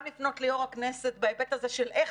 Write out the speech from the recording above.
גם לפנות ליו"ר הכנסת בהיבט הזה של איך